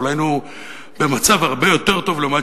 אבל היינו במצב הרבה יותר טוב לעומת